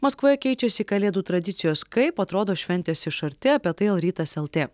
maskvoje keičiasi kalėdų tradicijos kaip atrodo šventės iš arti apie tai el rytas lt